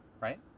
right